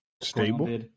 stable